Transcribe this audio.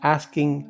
asking